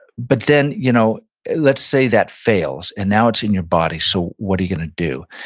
but then you know let's say that fails and now it's in your body, so what are you going to do?